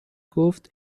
گفت